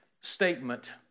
statement